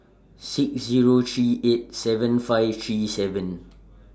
six Zero three eight seven five three seven